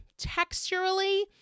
texturally